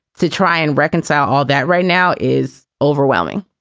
to try and reconcile all that right now is overwhelming